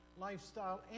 lifestyle